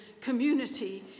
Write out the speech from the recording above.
community